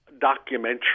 documentary